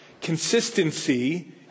consistency